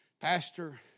Pastor